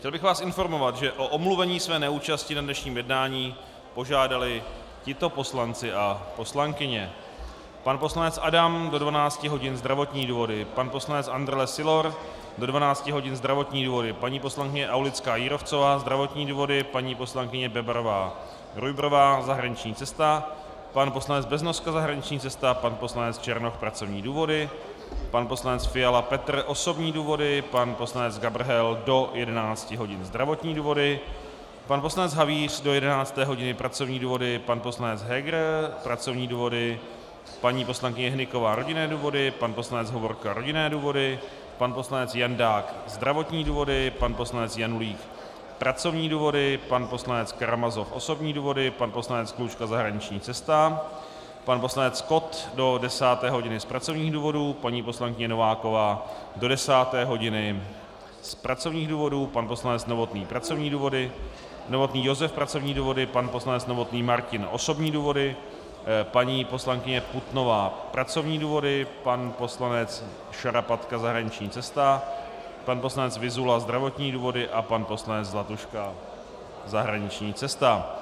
Chtěl bych vás informovat, že o omluvení své neúčasti na dnešním jednání požádali tito poslanci a poslankyně: pan poslanec Adam do 12 hodin zdravotní důvody, pan poslanec Andrle Sylor do 12 hodin zdravotní důvody, paní poslankyně AulickáJírovcová zdravotní důvody, paní poslankyně BebarováRujbrová zahraniční cesta, pan poslanec Beznoska zahraniční cesta, pan poslanec Černoch pracovní důvody, pan poslanec Fiala Petr osobní důvody, pan poslanec Gabrhel do 11 hodin zdravotní důvody, pan poslanec Havíř do 11 hodin pracovní důvody, pan poslanec Heger pracovní důvody, paní poslankyně Hnyková rodinné důvody, pan poslanec Hovorka rodinné důvody, pan poslanec Jandák zdravotní důvody, pan poslanec Janulík pracovní důvody, pan poslanec Karamazov osobní důvody, pan poslanec Klučka zahraniční cesta, pan poslanec Kott do 10 hodin z pracovních důvodů, paní poslankyně Nováková do 10 hodin z pracovních důvodů, pan poslanec Novotný Josef pracovní důvody, pan poslanec Novotný Martin osobní důvody, paní poslankyně Putnová pracovní důvody, pan poslanec Šarapatka zahraniční cesta, pan poslanec Vyzula zdravotní důvody a pan poslanec Zlatuška zahraniční cesta.